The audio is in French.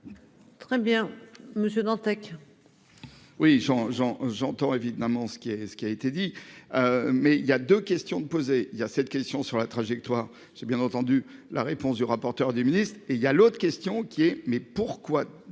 Très bien monsieur Dantec. Oui j'en j'en j'entends évidemment ce qui est ce qui a été dit. Mais il y a 2 questions de posées, il y a cette question sur la trajectoire. C'est bien entendu la réponse du rapporteur du ministre et il y a l'autre question qui est. Mais pourquoi